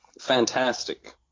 Fantastic